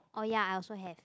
oh ya I also have